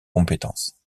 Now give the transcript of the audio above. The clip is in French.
compétences